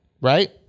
Right